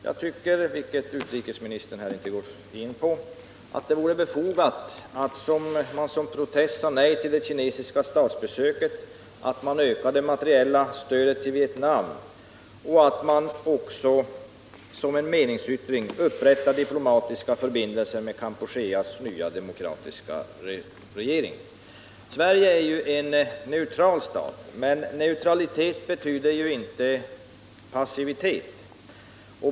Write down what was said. Jag tycker att det vore befogat att man som protest sade nej till det kinesiska statsbesöket, vilket utrikesministern inte går in på, att man ökade det materiella stödet till Vietnam och att man som en meningsyttring upprättade diplomatiska förbindelser med Kampucheas nya regering. Sverige är en neutral stat, men neutralitet betyder inte passivitet.